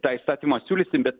tą įstatymą siūlysim bet